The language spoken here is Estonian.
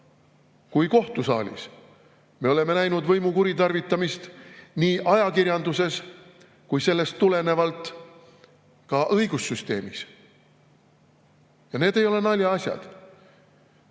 kui kohtusaalis. Me oleme näinud võimu kuritarvitamist nii ajakirjanduses kui sellest tulenevalt ka õigussüsteemis. Ja need ei ole naljaasjad. Kui